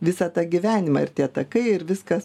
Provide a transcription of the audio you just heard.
visą tą gyvenimą ir tie takai ir viskas